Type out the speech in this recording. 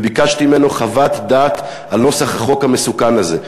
וביקשתי ממנו חוות דעת על נוסח החוק המסוכן הזה.